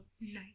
Nice